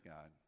God